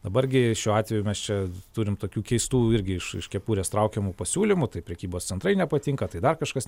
dabar gi šiuo atveju mes čia turim tokių keistų irgi iš iš kepurės traukiamų pasiūlymų tai prekybos centrai nepatinka tai dar kažkas ne